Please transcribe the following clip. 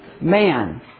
man